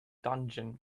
dungeon